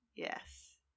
Yes